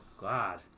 god